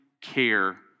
care